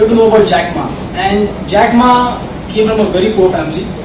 jack ma and jack ma came from a very poor family.